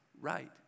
right